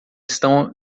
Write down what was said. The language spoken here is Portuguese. estão